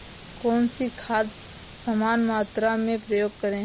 कौन सी खाद समान मात्रा में प्रयोग करें?